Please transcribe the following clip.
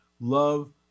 Love